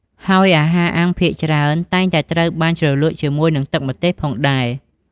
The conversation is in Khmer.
ហើយអាហារអាំងភាគច្រើនតែងតែត្រូវបានជ្រលក់ជាមួយទឹកម្ទេសផងដែរ។